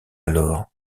alors